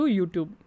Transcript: YouTube